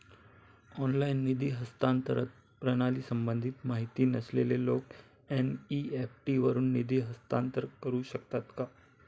Online निधी हस्तांतरण प्रणालीसंबंधी माहिती नसलेले लोक एन.इ.एफ.टी वरून निधी हस्तांतरण करू शकतात का?